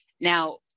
Now